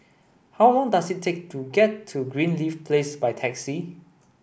how long does it take to get to Greenleaf Place by taxi